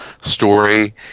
story